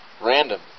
random